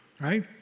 right